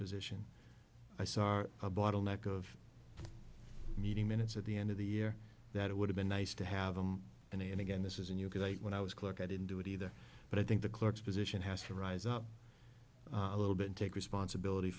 position i saw a bottleneck of meeting minutes at the end of the year that it would have been nice to have them and again this is and you could i when i was clerk i didn't do it either but i think the clerks position has to rise up a little bit take responsibility